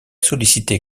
sollicité